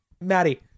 Maddie